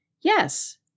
Yes